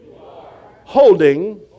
holding